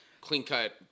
Clean-cut